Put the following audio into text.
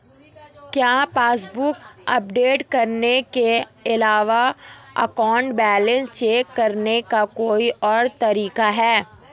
क्या passbook update करने के अलावा अकाउंट बैलेंस चेक करने का कोई और तरीका है?